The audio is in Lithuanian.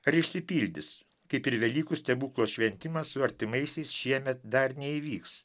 ar išsipildys kaip ir velykų stebuklo šventimas su artimaisiais šiemet dar neįvyks